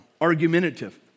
Argumentative